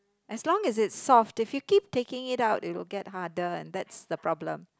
as long as it's soft if you keep taking it out it would get harder and that's the problem